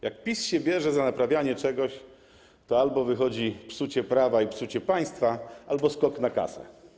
Jak PiS się bierze za naprawianie czegoś, to wychodzi albo psucie prawa i psucie państwa, albo skok na kasę.